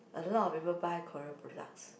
a lot of people buy Korea products